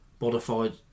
modified